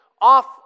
off